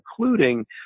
including